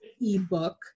ebook